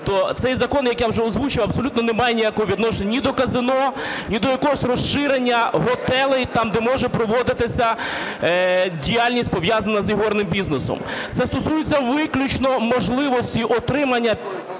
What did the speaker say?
цей закон, як я вже озвучував, абсолютно не має ніякого відношення ні до казино, ні до якогось розширення готелів, там, де може проводитися діяльність, пов'язана з ігорним бізнесом. Це стосується виключно можливості отримання